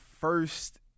first